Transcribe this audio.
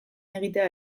egitea